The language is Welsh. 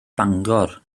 bangor